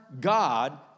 God